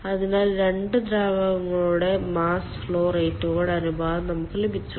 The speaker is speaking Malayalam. അതിനാൽ 2 ദ്രാവകങ്ങളുടെ മാസ് ഫ്ലോ റേറ്റുകളുടെ അനുപാതം നമുക്ക് ലഭിച്ചു